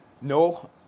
No